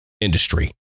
industry